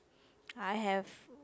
I have